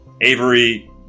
Avery